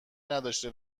نداشته